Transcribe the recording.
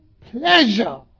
pleasure